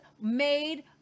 made